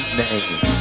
name